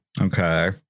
Okay